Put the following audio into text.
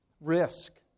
Risk